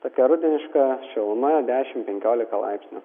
tokia rudeniška šiluma dešimt penkiolika laipsnių